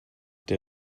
der